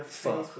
fur